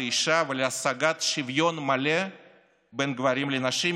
האישה ולהשגת שוויון מלא בין גברים לנשים,